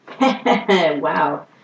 Wow